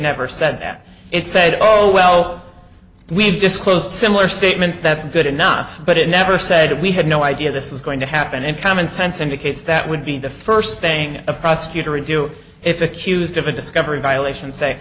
never said that it said oh well we've disclosed similar statements that's good enough but it never said we had no idea this is going to happen and common sense indicates that would be the first thing a prosecutor a do if accused of a discovery violation say